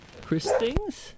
Christings